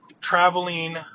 traveling